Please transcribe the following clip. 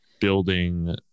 building